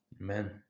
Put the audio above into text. Amen